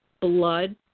blood